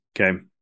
okay